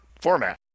format